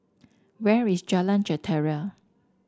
where is Jalan Jentera